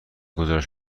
گزارش